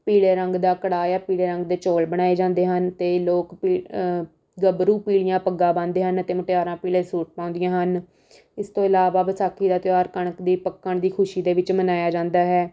ਪੀਲੇ ਰੰਗ ਦਾ ਕੜਾਹ ਜਾਂ ਪੀਲੇ ਰੰਗ ਦੇ ਚੌਲ ਬਣਾਏ ਜਾਂਦੇ ਹਨ ਅਤੇ ਲੋਕ ਪੀ ਅਹ ਗੱਭਰੂ ਪੀਲੀਆਂ ਪੱਗਾਂ ਬੰਨ੍ਹਦੇ ਹਨ ਅਤੇ ਮੁਟਿਆਰਾਂ ਪੀਲੇ ਸੂਟ ਪਾਉਂਦੀਆਂ ਹਨ ਇਸ ਤੋਂ ਇਲਾਵਾ ਵਿਸਾਖੀ ਦਾ ਤਿਉਹਾਰ ਕਣਕ ਦੀ ਪੱਕਣ ਦੀ ਖੁਸ਼ੀ ਦੇ ਵਿੱਚ ਮਨਾਇਆ ਜਾਂਦਾ ਹੈ